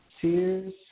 sears